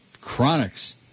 Chronics